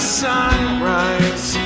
sunrise